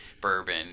bourbon